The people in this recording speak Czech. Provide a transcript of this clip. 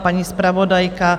Paní zpravodajka?